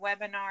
webinar